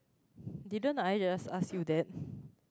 didn't I just ask you that